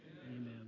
Amen